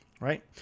Right